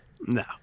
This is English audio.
No